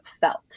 felt